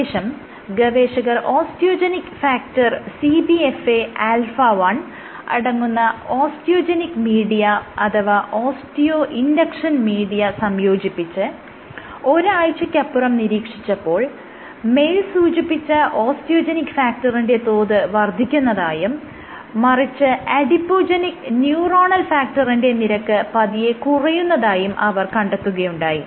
ശേഷം ഗവേഷകർ osteogenic factor CBFA alpha 1 അടങ്ങുന്ന ഓസ്റ്റിയോജെനിക് മീഡിയ അഥവാ ഓസ്റ്റിയോ ഇൻഡക്ഷൻ മീഡിയ സംയോജിപ്പിച്ച് ഒരാഴ്ചക്കപ്പുറം നിരീക്ഷിച്ചപ്പോൾ മേൽ സൂചിപ്പിച്ച ഓസ്റ്റിയോജെനിക് ഫാക്ടറിന്റെ തോത് വർദ്ധിക്കുന്നതായും മറിച്ച് അഡിപോജെനിക് ന്യൂറോണൽ ഫാക്ടറിന്റെ നിരക്ക് പതിയെ കുറയുന്നതായും അവർ കണ്ടെത്തുകയുണ്ടായി